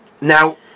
Now